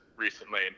recently